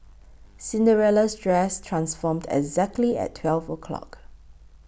Cinderella's dress transformed exactly at twelve o'clock